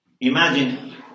Imagine